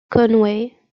conway